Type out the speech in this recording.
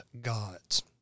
Gods